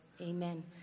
Amen